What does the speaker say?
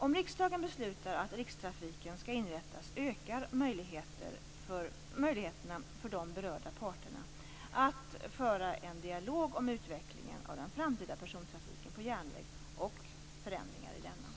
Om riksdagen beslutar att rikstrafiken skall inrättas ökar möjligheterna för de berörda parterna att föra en dialog om utvecklingen av den framtida persontrafiken på järnväg och förändringar i denna.